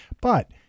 But-